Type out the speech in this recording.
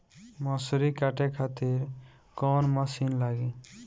मसूरी काटे खातिर कोवन मसिन लागी?